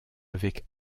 avec